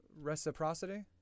reciprocity